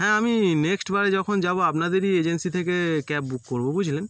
হ্যাঁ আমি নেক্সটবারে যখন যাবো আপনাদেরই এজেন্সি থেকে ক্যাব বুক করবো বুঝলেন